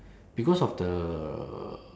because of the